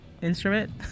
instrument